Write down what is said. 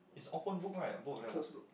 it's open book right